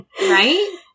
Right